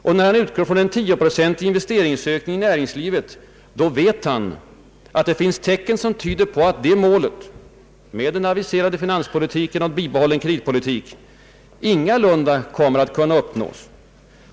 Och när han utgår från en tioprocentig investeringsökning i näringslivet, vet han att det finns tecken som tyder på att detta mål — med den aviserade finanspolitiken och med bibehållen kreditpolitik — ingalunda kommer att kunna uppnås.